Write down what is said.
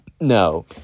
No